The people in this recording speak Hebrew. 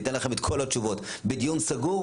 ניתן לכם את כל התשובות בדיון סגור,